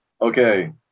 okay